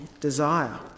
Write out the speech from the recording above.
desire